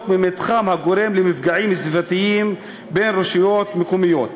ממתחם הגורם למפגעים סביבתיים בין רשויות מקומיות):